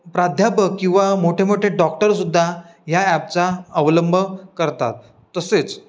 प्राध्यापक किंवा मोठे मोठे डॉक्टरसुद्धा ह्या ॲपचा अवलंब करतात तसेच